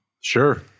Sure